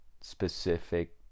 specific